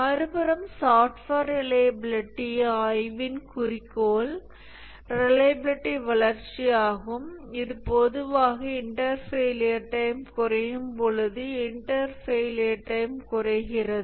மறுபுறம் software reliability ஆய்வின் குறிக்கோள் ரிலையபிலிட்டி வளர்ச்சியாகும் இது பொதுவாக இன்டர் ஃபெயிலியர் டைம் குறையும் பொழுது இன்டர் ஃபெயிலியர் டைம் குறைகிறது